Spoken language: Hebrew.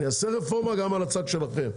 אני אעשה רפורמה גם על הצד שלכם.